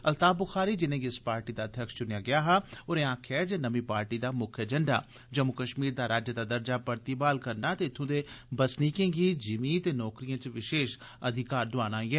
अल्ताफ बुखारी जिनें'गी इस पार्टी दा अध्यक्ष चुनेआ गेआ हा होरें आखेआ ऐ जे नमीं पार्टी दा मुक्ख एजेण्डा जम्मू कश्मीर दा राज्य दा दर्जा बहाल करना ते इत्थू दे बसनीकें गी ज़िमीं ते नौकरिए च विशेष अधिकार दुआना ऐ